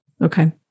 Okay